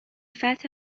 فتح